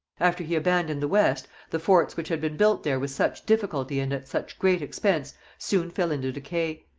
after he abandoned the west, the forts which had been built there with such difficulty and at such great expense soon fell into decay.